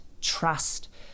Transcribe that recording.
trust